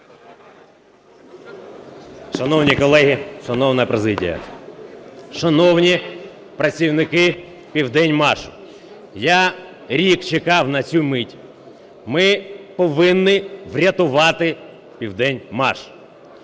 Шановні колеги, шановна президія, шановні працівники "Південмаш"! Я рік чекав на цю мить. Ми повинні врятувати "Південмаш".